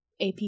AP